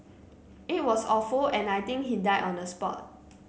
it was awful and I think he died on the spot